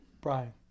Brian